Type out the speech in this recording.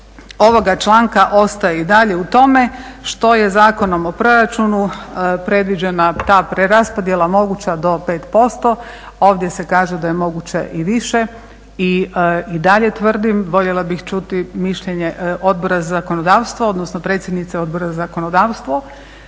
ovoga članka ostaje i dalje u tome što je Zakonom o proračunu predviđena ta preraspodjela moguća do 5%, ovdje se kaže da je moguće i više. I dalje tvrdim voljela bih čuti mišljenje Odbora za zakonodavstvo odnosno predsjednice Odbora za zakonodavstvo.